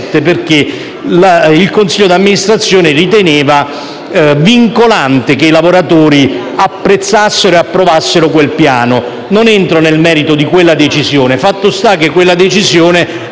perché il consiglio d'amministrazione riteneva vincolante che i lavoratori apprezzassero e approvassero quel piano. Non entro nel merito di quella decisione. Fatto sta che quella decisione